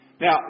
now